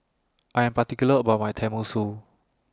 I Am particular about My Tenmusu